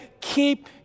keep